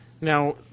Now